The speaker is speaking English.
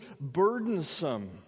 burdensome